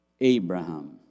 Abraham